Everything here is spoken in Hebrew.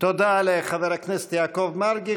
תודה לחבר הכנסת יעקב מרגי.